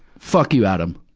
fuck you, adam!